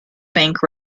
bank